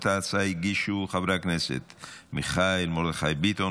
את ההצעה הגישו חברי הכנסת מיכאל מרדכי ביטון,